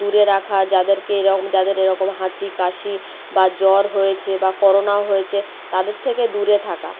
দূরে রাখা যাদেরকে এরকম যাদের এরকম হাঁচি কাশি বা জ্বর হয়েছে বা করোনাও হয়েছে তাদের থেকে দূরে থাকা